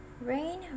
Rain